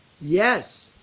Yes